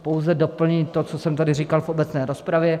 Pouze doplním to, co jsem tady říkal v obecné rozpravě.